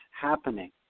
happening